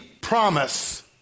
promise